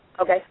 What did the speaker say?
Okay